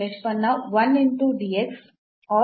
ಮತ್ತು ನಿಷ್ಪನ್ನ 1 into or